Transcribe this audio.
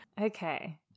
Okay